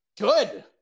Good